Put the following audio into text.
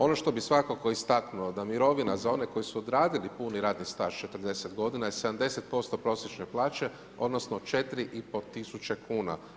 Ono što bi svakako istaknuo, da mirovina za one koji su odradili puni radni staž s 40 g. je 70% prosječne plaće odnosno 4500 kuna.